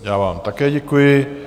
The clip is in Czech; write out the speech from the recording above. Já vám také děkuji.